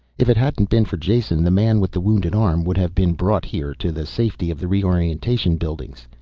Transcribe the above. if it hadn't been for jason, the man with the wounded arm would have been brought here to the safety of the reorientation buildings.